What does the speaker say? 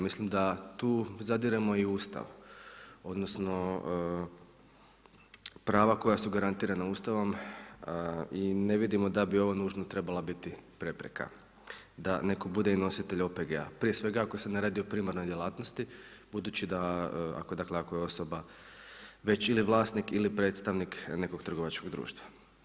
Mislim da tu zadiremo i u Ustav odnosno prava koja su garantirana Ustavom i ne vidimo da bi ovo nužno trebala biti prepreka da netko bude i nositelj OPG-a, prije svega ako se ne radi o primarnoj djelatnosti budući da ako je osoba već ili vlasnik ili predstavnik nekog trgovačkog društva.